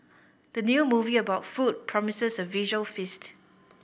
the new movie about food promises a visual feast